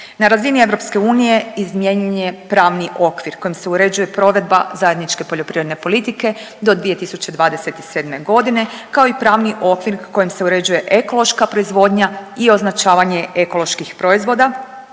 Na razini EU izmijenjen je pravni okvir kojim se uređuje provedba zajedničke poljoprivredne politike do 2027. g., kao i pravni okvir kojim se uređuje ekološka proizvodnja i označavanje ekoloških proizvoda